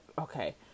okay